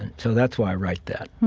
and so that's why i write that.